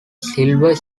silver